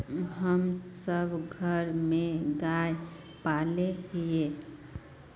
हम सब घर में गाय पाले हिये?